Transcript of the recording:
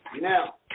Now